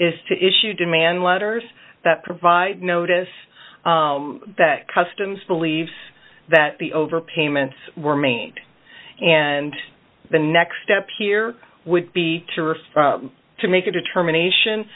is to issue demand letters that provide notice that customs believes that the over payments were made and the next step here would be to make a determination